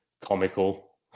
comical